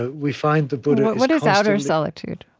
we find the buddha's what is outer solitude?